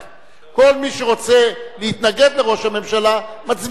כל מי שרוצה להתנגד לראש הממשלה, מצביע נגד.